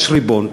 יש ריבון,